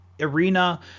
arena